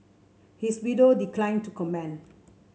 his widow declined to comment